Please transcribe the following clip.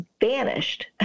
vanished